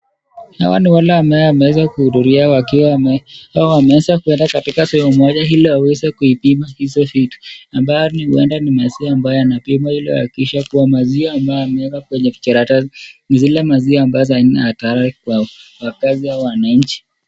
Hawa ni wale ambao wameweza kuhudhuria wakiwa wameweza kuenda katika sehemu moja ili waweze kuipima hizo vitu ambayo huenda ni maziwa ambayo inapimwa ili wakishakuwa maziwa ambayo yamewekwa kwenye vijikaratasi ni zile maziwa ambazo haina hatari kwa wakaazi au wananchi.